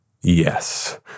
Yes